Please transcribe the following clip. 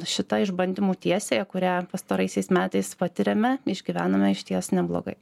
šitą išbandymų tiesiąją kurią pastaraisiais metais patiriame išgyvename išties neblogai